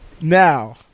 Now